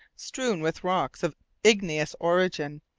strewn with rocks of igneous origin,